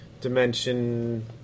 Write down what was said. dimension